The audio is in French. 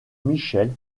michelle